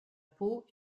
peau